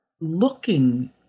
looking